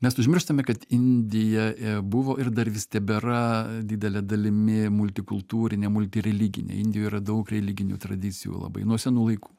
mes užmirštame kad indija buvo ir dar vis tebėra didele dalimi multikultūrinė multireliginė indijoj yra daug religinių tradicijų labai nuo senų laikų